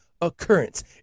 occurrence